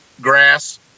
grass